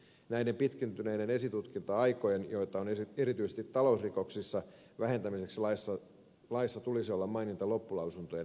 näiden pitkittyneiden esitutkinta aikojen joita on erityisesti talousrikoksissa vähentämiseksi laissa tulisi olla maininta loppulausuntojen määräajasta